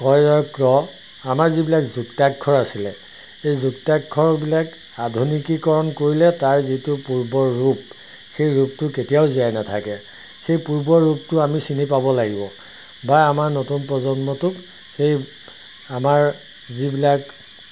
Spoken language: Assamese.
কএ ৰই ক্ৰ আমাৰ যিবিলাক যুক্তাক্ষৰ আছিলে সেই যুক্তাক্ষৰবিলাক আধুনিকীকৰণ কৰিলে তাৰ যিটো পূৰ্বৰ ৰূপ সেই ৰূপটো কেতিয়াও জীয়াই নাথাকে সেই পূৰ্বৰ ৰূপটো আমি চিনি পাব লাগিব বা আমাৰ নতুন প্ৰজন্মটোক সেই আমাৰ যিবিলাক